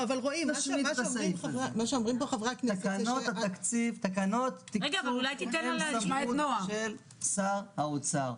תקנות תקצוב הן בסמכות של שר האוצר.